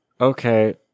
Okay